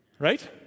Right